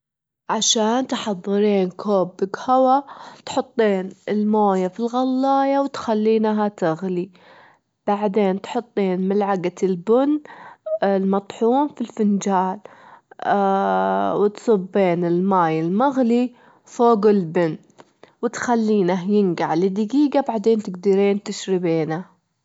عشان تحظرين كوب قهوة، تحطين الموية في الغلاية وتخلينها تغلي، بعدبن تحطين ملعجة البن المطحون في الفنجال، وتصبين الماي المغلي فوق البن، وتخلينه ينجع لدجيجة وبعدين تجدرين تشربينه.